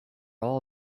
all